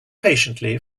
patiently